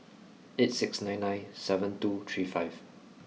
eight six nine nine seven two three five